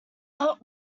but